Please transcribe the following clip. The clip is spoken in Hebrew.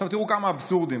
עכשיו, תראו כמה אבסורדים: